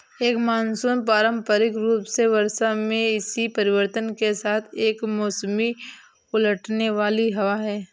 एक मानसून पारंपरिक रूप से वर्षा में इसी परिवर्तन के साथ एक मौसमी उलटने वाली हवा है